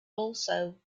also